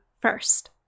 first